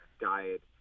diet